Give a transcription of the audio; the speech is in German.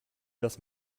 das